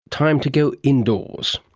time to go indoors,